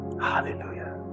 Hallelujah